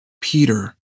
Peter